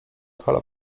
fala